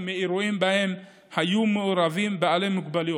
מאירועים שבהם היו מעורבים בעלי מוגבלויות.